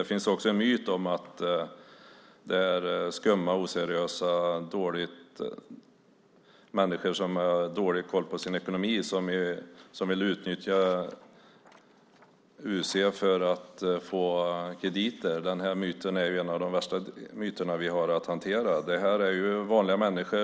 Det finns också en myt om att det är skumma och oseriösa människor och människor som har dålig koll på sin ekonomi som vill utnyttja UC för att få krediter. Den här myten är en av de värsta som vi har att hantera. Detta är vanliga människor.